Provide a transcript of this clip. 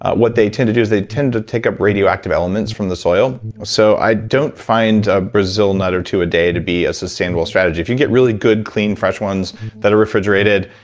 what they tend to do is they tend to take up radioactive elements from the soil. so i don't find a brazil nut or two a day to be a sustainable strategy. if you can get really good, clean fresh ones that are refrigerated,